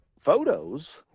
photos